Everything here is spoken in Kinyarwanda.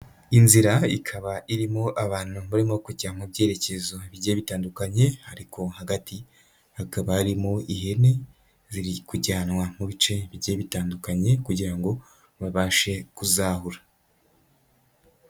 Inzira ikaba irimo abantu barimo kujya mu byerekezo bigiye bitandukanye ariko hagati hakaba harimo ihene ziri kujyanwa mu bice bigiye bitandukanye kugira ngo babashe kuzahura.